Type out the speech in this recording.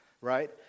right